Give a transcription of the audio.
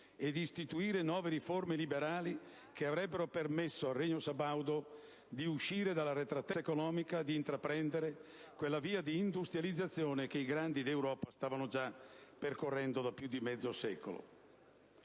e di istituire nuove riforme liberali, che avrebbero permesso al Regno sabaudo di uscire dall'arretratezza economica e di intraprendere quella via di industrializzazione che i grandi d'Europa stavano già percorrendo da più di mezzo secolo.